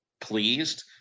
pleased